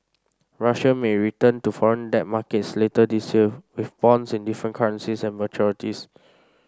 Russia may return to foreign debt markets later this year with bonds in different currencies and maturities